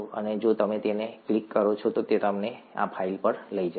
અને જો તમે તેને ક્લિક કરો છો તો તે તમને આ ફાઇલ પર લઈ જશે